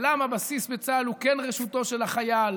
ולמה בסיס בצה"ל הוא כן רשותו של החייל,